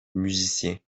musiciens